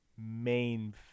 main